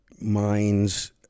minds